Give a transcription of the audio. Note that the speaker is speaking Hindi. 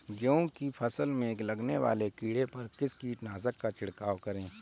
गेहूँ की फसल में लगने वाले कीड़े पर किस कीटनाशक का छिड़काव करें?